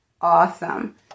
awesome